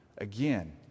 Again